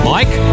Mike